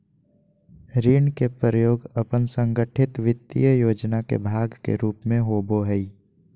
ऋण के प्रयोग अपन संगठित वित्तीय योजना के भाग के रूप में होबो हइ